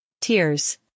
tears